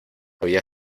había